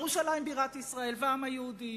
ירושלים בירת ישראל והעם היהודי,